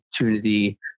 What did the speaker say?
opportunity